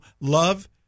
love